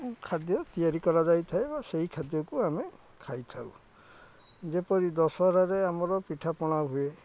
ଖାଦ୍ୟ ତିଆରି କରାଯାଇ ଥାଏ ବା ସେଇ ଖାଦ୍ୟକୁ ଆମେ ଖାଇଥାଉ ଯେପରି ଦଶହରାରେ ଆମର ପିଠାପଣା ହୁଏ